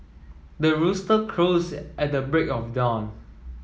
the rooster crows at the break of dawn